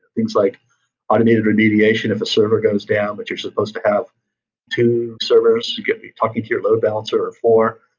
things like automated remediation if a server goes down, but you're supposed to have two servers to get me talking to your load balancer or four.